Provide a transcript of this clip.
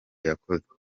yakozwe